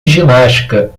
ginástica